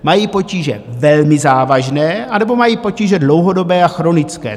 Mají potíže velmi závažné, anebo mají potíže dlouhodobé a chronické.